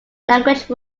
language